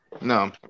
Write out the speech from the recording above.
No